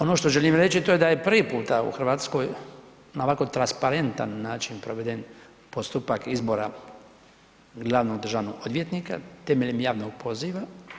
Ono što želim reći to je da je prvi puta u Hrvatskoj na ovako transparentan način proveden postupak izbora glavnog državnog odvjetnika temeljem javnog poziva.